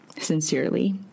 Sincerely